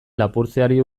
lapurtzeari